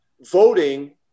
voting